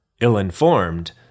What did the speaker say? ill-informed